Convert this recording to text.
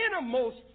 innermost